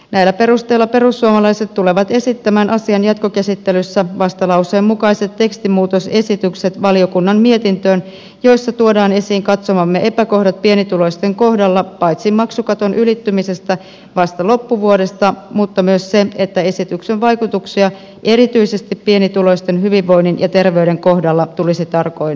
näillä perusteilla perussuomalaiset tulevat esittämään asian jatkokäsittelyssä valiokunnan mietintöön vastalauseen mukaiset tekstimuutosesitykset joissa tuodaan esiin katsomamme epäkohdat pienituloisten kohdalla paitsi maksukaton ylittymisestä vasta loppuvuodesta mutta myös se että esityksen vaikutuksia erityisesti pienituloisten hyvinvoinnin ja terveyden kohdalla tulisi tarkoin seurata